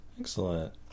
Excellent